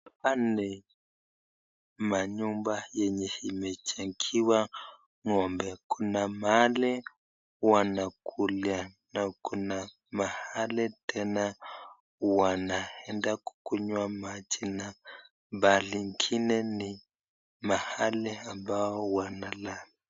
Pale manyumba yenye imejengewa ng'ombe, kuna mahali wanakulia na kuna mahali tena wanaenda kunywa maji na pahali ingine ni mahali ambao wanalala.